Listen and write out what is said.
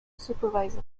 supervise